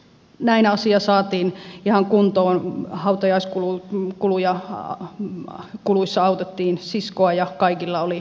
näin asia saatiin ihan kuntoon hautajaiskuluissa autettiin siskoa ja kaikilla oli hyvä mieli